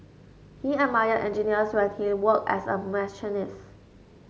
he admired engineers when he worked as a machinist